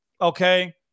Okay